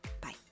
Bye